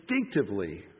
Instinctively